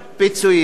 ולכן,